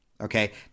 Okay